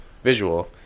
visual